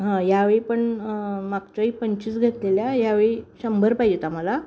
हां यावेळी पण मागच्या वेळी पंचवीस घेतलेल्या यावेळी शंभर पाहिजेत आम्हाला